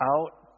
out